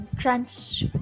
trans